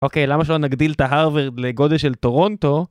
אוקיי, למה שלא נגדיל את ההרווארד לגודל של טורונטו?